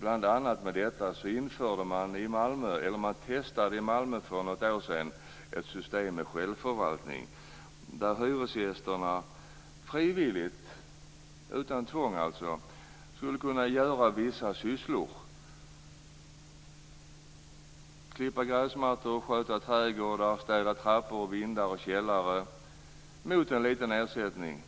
bl.a. med detta testade man i Malmö för något år sedan ett system med självförvaltning, där hyresgästerna frivilligt och utan tvång skulle kunna göra vissa sysslor. Det gällde t.ex. att klippa gräsmattor, sköta trädgårdar, städa trappor, vindar och källare mot en liten ersättning.